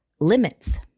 limits